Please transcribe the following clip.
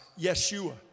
Yeshua